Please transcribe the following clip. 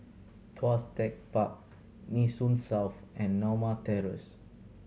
Tuas Tech Park Nee Soon South and Norma Terrace